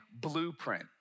blueprint